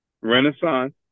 Renaissance